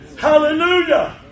Hallelujah